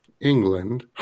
England